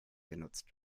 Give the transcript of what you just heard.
genutzt